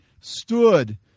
stood